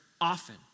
often